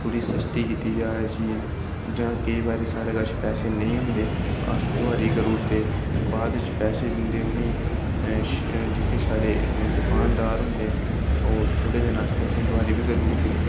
थोह्ड़ी सस्ती कीती जा चीज जां केई बारी साढ़ै कच्छ पैसे नेईं होंदे अस दुहारी करी ओड़दे बाद च पैसे दिंदे उ'नें ई अ अ जेह्के साढ़े दुकानदार होंदे ओह् थोह्ड़े दिन आस्तै असें ई दुहारी बी करी ओड़दे